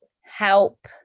help